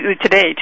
today